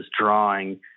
drawing